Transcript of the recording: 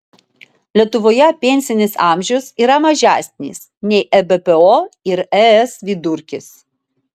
lietuvoje pensinis amžius yra mažesnis nei ebpo ir es vidurkis